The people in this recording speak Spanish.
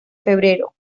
febrero